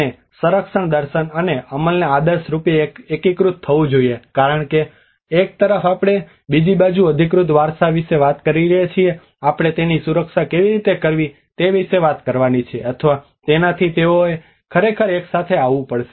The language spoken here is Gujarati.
અને સંરક્ષણ દર્શન અને અમલને આદર્શ રૂપે એકીકૃત થવું જોઈએ કારણ કે એક તરફ આપણે બીજી બાજુ અધિકૃત વારસા વિશે વાત કરી રહ્યા છીએ આપણે તેની સુરક્ષા કેવી રીતે કરવી તે વિશે વાત કરવાની છે અથવા તેનાથી તેઓએ ખરેખર એક સાથે આવવું પડશે